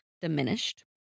diminished